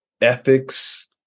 ethics